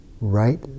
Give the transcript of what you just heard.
Right